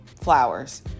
flowers